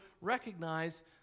recognize